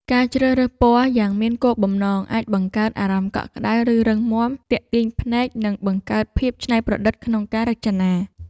ការជ្រើសរើសពណ៌យ៉ាងមានគោលបំណង អាចបង្កើតអារម្មណ៍កក់ក្តៅ ឬរឹងមាំ ទាក់ទាញភ្នែក និងបង្កើតភាពច្នៃប្រឌិតក្នុងការរចនា។